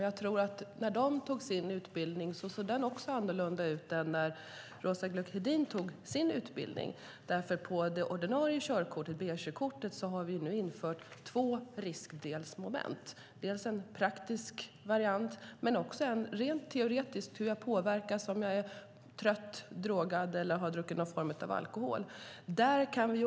Jag tror att den utbildning de gick också såg annorlunda ut än när Roza Güclü Hedin gick sin utbildning, därför att för det ordinarie körkortet, B-körkortet, har vi nu infört två riskmoment, dels en praktisk variant, dels också en rent teoretisk om hur jag påverkas om jag är trött, drogad eller har druckit någon form av alkohol.